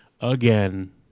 again